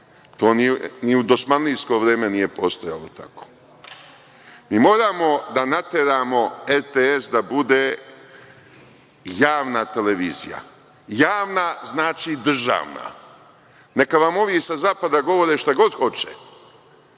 To ni u dosmanlijsko vreme nije postojalo tako. Moramo da nateramo RTS da bude javna televizija. Javna znači državna. Neka vam ovi sa zapada govore šta god hoće,